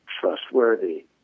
trustworthy